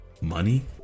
money